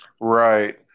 Right